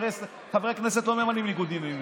הרי חברי הכנסת לא ממלאים ניגוד עניינים,